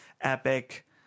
Epic